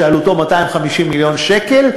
שעלותו 250 מיליון שקל,